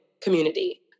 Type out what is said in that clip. community